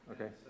Okay